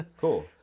cool